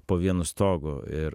po vienu stogu ir